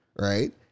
right